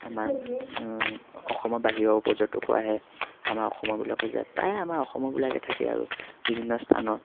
আমা অসমৰ বাহিৰৰো পৰ্যটকো আহে আমাৰ অসমৰবিলাকো যায় প্ৰায় আমাৰ অসমৰবিলাকে থাকে আৰু বিভিন্ন স্থানৰ